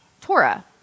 Torah